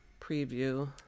preview